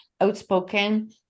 outspoken